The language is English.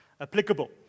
applicable